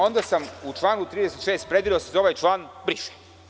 Onda sam u članu 36. predvideo da se ovaj član briše.